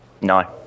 No